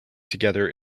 together